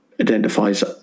identifies